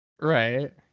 Right